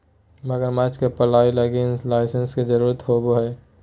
मगरमच्छ के पालय लगी लाइसेंस के जरुरत होवो हइ